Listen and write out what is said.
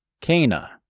Cana